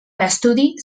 l’estudi